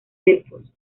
delfos